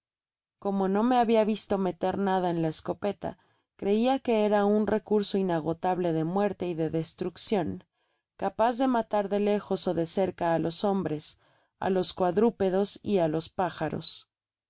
cómo no me habia visto meter nada en la escopeta creia que era un recurso inagotable de muerte y de destruccion capaz de matar de lejos ó de cerca á los hombres á los cuadrúpedos y á los pájaros